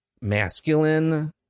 masculine